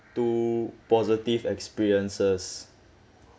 two positive experiences